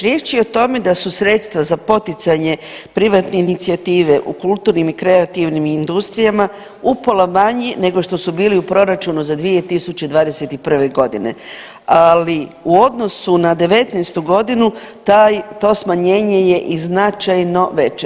Riječ je o tome da su sredstva za poticanje privatne inicijative u kulturnim i kreativnim industrijama upola manji nego što su bili u proračunu za 2021.g., ali u odnosu na '19.g. to smanjenje je i značajno veće.